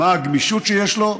מה הגמישות שיש לו.